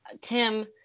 Tim